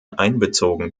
einbezogen